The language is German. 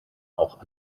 auch